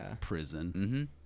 prison